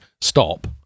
stop